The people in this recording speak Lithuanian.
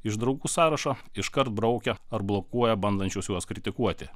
iš draugų sąrašo iškart braukia ar blokuoja bandančius juos kritikuoti